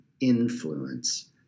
influence